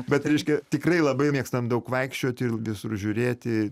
bet reiškia tikrai labai mėgstam daug vaikščiot ir visur žiūrėti